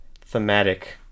thematic